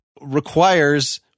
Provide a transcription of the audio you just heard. requires